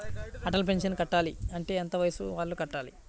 Atal pension కట్టాలి అంటే ఎంత వయసు వాళ్ళు కట్టాలి?